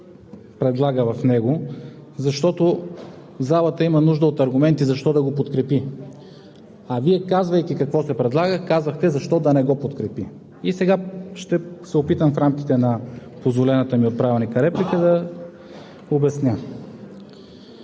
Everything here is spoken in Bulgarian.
предлага в него, защото залата има нужда от аргументи защо да го подкрепи. А Вие, казвайки какво се предлага, казахте защо да не го подкрепим. Сега ще се опитам да обясня в рамките на позволената ми от Правилника реплика.